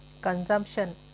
consumption